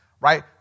right